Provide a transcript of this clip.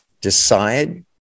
decide